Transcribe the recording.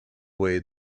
way